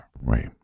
Right